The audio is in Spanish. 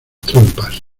trompas